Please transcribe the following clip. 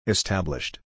Established